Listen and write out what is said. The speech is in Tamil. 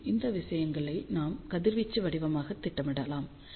மேலும் இந்த விஷயங்களை நாம் கதிர்வீச்சு வடிவமாக திட்டமிடலாம்